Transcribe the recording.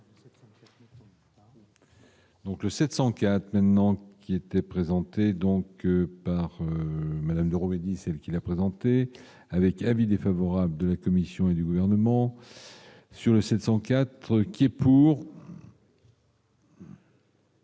Donc, le 704 maintenant qui était présentées donc par Madame de Romilly, celle qui l'a présentée avec avis défavorable de la Commission et du gouvernement. Sur les 704 qui est pour.